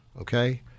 okay